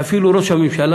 שאפילו ראש הממשלה,